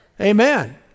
Amen